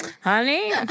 honey